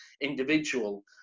individual